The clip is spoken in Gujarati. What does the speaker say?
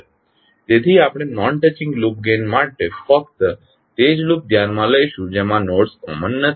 તેથી આપણે નોન ટચિંગ લૂપ ગેઇન માટે ફક્ત તે લૂપ જ ધ્યાનમાં લઈશું જેમાં નોડ્સ કોમન નથી